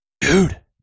Dude